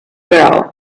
girl